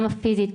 גם פיזית,